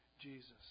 Jesus